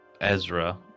Ezra